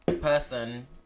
person